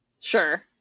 Sure